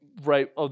right